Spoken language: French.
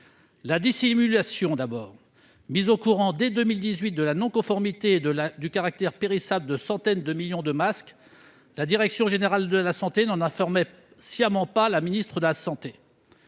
La dissimulation, d'abord : mise au courant dès 2018 de la non-conformité et du caractère périssable de centaines de millions de masques, la DGS n'en informait sciemment pas la ministre de la santé.